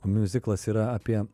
miuziklas yra apie